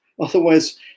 Otherwise